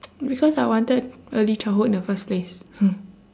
because I wanted early childhood in the first place